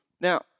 Now